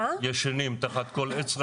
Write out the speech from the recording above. ישנים תחת כל עץ רענן,